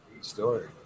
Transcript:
story